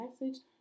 message